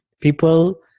people